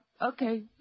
okay